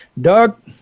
Doug